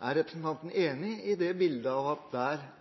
Er representanten Syversen enig i det bildet at dette er områder hvor SV og Kristelig Folkeparti har mye felles? Er det ikke da litt naivt å tenke seg at